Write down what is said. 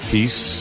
Peace